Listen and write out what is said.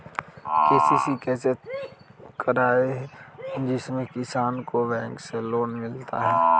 KCC कैसे कराये जिसमे किसान को बैंक से लोन मिलता है?